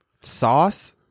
sauce